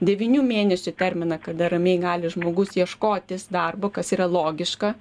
devynių mėnesių terminą kada ramiai gali žmogus ieškotis darbo kas yra logiška